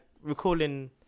recalling